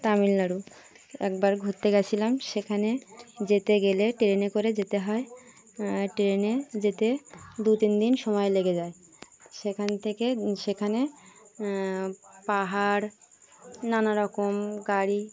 তামিলনাড়ু একবার ঘুরতে গিয়েছিলাম সেখানে যেতে গেলে ট্রেনে করে যেতে হয় ট্রেনে যেতে দু তিন দিন সময় লেগে যায় সেখান থেকে সেখানে পাহাড় নানারকম গাড়ি